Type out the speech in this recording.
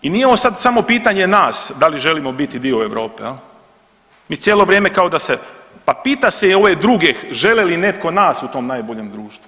I nije ovo sad samo pitanje nas da li želimo biti dio Europe, mi cijelo vrijeme kao da se pa pita se i ove druge žele li netko nas u tom najboljem društvu.